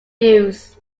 use